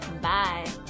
bye